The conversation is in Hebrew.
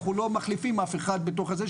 אנחנו לא מחליפים אף אחד בתוך זה,